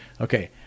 Okay